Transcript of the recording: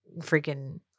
freaking